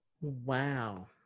Wow